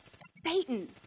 Satan